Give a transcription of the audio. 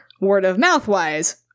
word-of-mouth-wise